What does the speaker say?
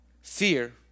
fear